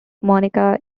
monika